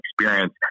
experience